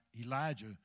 Elijah